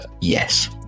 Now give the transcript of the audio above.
Yes